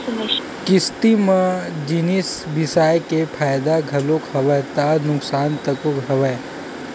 किस्ती म जिनिस बिसाय के फायदा घलोक हवय ता नुकसान तको हवय